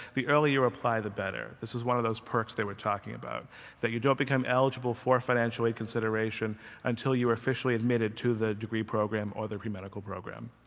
the earlier you apply, the better. this is one of those perks they were talking about that you don't become eligible for financial aid consideration until you are officially admitted to the degree program or the pre-medical program.